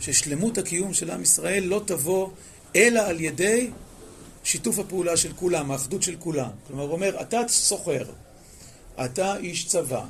ששלמות הקיום של עם ישראל לא תבוא אלא על ידי שיתוף הפעולה של כולם, האחדות של כולם. כלומר, הוא אומר, אתה סוחר. אתה איש צבא.